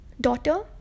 daughter